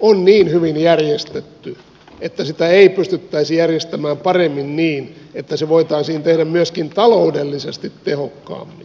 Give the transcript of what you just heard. on niin hyvin järjestetty että sitä ei pystyttäisi järjestämään paremmin niin että se voitaisiin tehdä myöskin taloudellisesti tehokkaammin